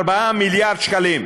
4 מיליארד שקלים?